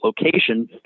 location